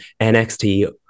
NXT